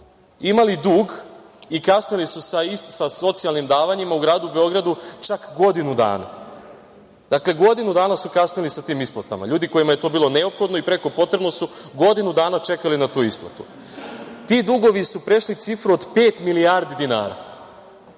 imali dug i kasnili su sa socijalnim davanjima u gradu Beogradu čak godinu dana. Dakle, godinu dana su kasnili sa tim isplatama. Ljudi kojima je to bilo neophodno i preko potrebno su godinu dana čekali na tu isplatu. Ti dugovi su prešli cifru od pet milijardi dinara.